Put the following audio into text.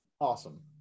awesome